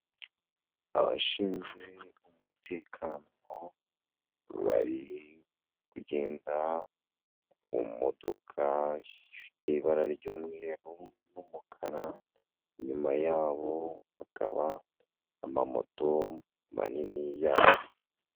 Abashinzwe umutekano bari kugenda ku modoka ifite ibara ry'umweru n'umukara inyuma yabo hakaba amamoto manini yabo.